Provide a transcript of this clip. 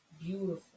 beautiful